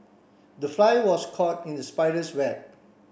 the fly was caught in the spider's web